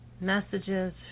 messages